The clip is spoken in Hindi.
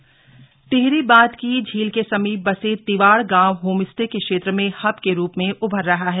होम स्टे टिहरी बांध की झील के समीप बसे तिवाड़ गांव होम स्टे के क्षेत्र में हब के रूप में उभर रहा है